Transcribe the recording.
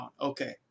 Okay